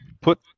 put